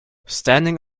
standing